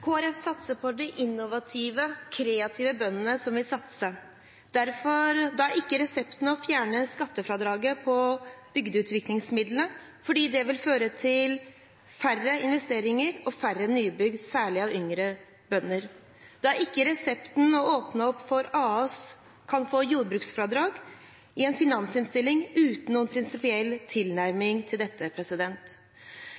Folkeparti satser på de innovative, kreative bøndene som vil satse. Da er ikke resepten å fjerne skattefradraget på bygdeutviklingsmidlene, fordi det vil føre til færre investeringer og færre nybygg, særlig hos yngre bønder. Da er ikke resepten å åpne opp for at AS-er kan få jordbruksfradrag – i en finansinnstilling uten noen prinsipiell